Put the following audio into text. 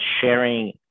sharing